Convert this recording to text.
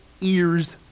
ears